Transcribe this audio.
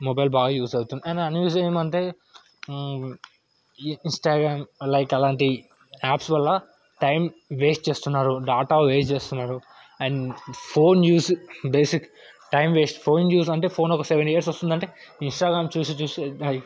mobile బాగా use అవుతుంది and unuse ఏమంటే ఈ ఇన్స్టాగ్రామ్ లైక్ అలాంటి యాప్స్ వల్ల టైమ్ వేస్ట్ చేస్తున్నారు డాటా వేస్ట్ చేస్తున్నారు and phone use basic time waste phone use అంటే ఫోన్ ఒక సెవెన్ ఇయర్స్ వస్తుందంటే ఇన్స్టాగ్రామ్ చూసి చూసి